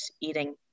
eating